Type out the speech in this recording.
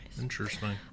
Interesting